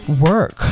work